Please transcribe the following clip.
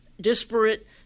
Disparate